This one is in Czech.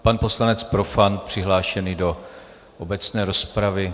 Pan poslanec Profant, přihlášený do obecné rozpravy.